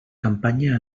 campanya